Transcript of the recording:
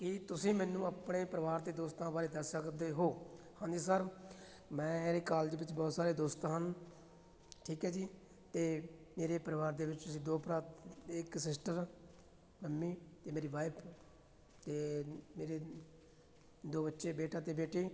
ਕੀ ਤੁਸੀਂ ਮੈਨੂੰ ਆਪਣੇ ਪਰਿਵਾਰ ਅਤੇ ਦੋਸਤਾਂ ਬਾਰੇ ਦੱਸ ਸਕਦੇ ਹੋ ਹਾਂਜੀ ਸਰ ਮੇਰੇ ਕਾਲਜ ਵਿੱਚ ਬਹੁਤ ਸਾਰੇ ਦੋਸਤ ਹਨ ਠੀਕ ਹੈ ਜੀ ਅਤੇ ਮੇਰੇ ਪਰਿਵਾਰ ਦੇ ਵਿੱਚ ਅਸੀਂ ਦੋ ਭਰਾ ਇੱਕ ਸਿਸਟਰ ਮੰਮੀ ਅਤੇ ਮੇਰੀ ਵਾਈਫ ਅਤੇ ਮੇਰੇ ਦੋ ਬੱਚੇ ਬੇਟਾ ਅਤੇ ਬੇਟੀ